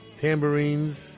tambourines